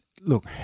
look